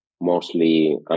mostly